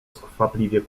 skwapliwie